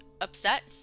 upset